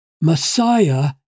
Messiah